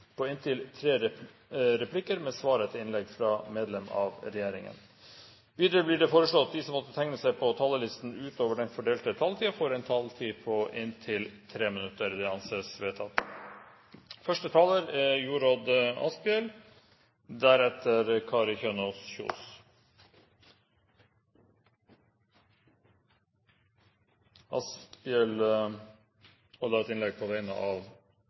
på inntil tre replikker med svar etter innlegg fra medlem av regjeringen innenfor den fordelte taletid. Videre blir det foreslått at de som måtte tegne seg på talerlisten utover den fordelte taletid, får en taletid på inntil 3 minutter. – Det anses vedtatt. Jorodd Asphjell får ordet på vegne av